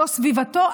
לא סביבתו,